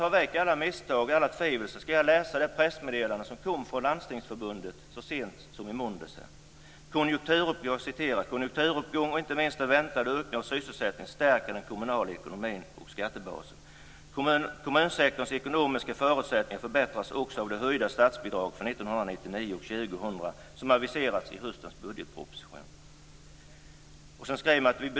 För att undanröja misstag och tvivel skall jag citera ur pressmeddelandet från Landstingsförbundet, som kom så sent som i måndags: "Konjunkturuppgången, och inte minst den väntade ökningen av sysselsättningen, stärker den kommunala ekonomin och skattebasen. Kommunsektorns ekonomiska förutsättningar förbättras också av de höjda statsbidrag för 1999 och 2000 som aviserades i höstens budgetproposition.